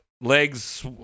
legs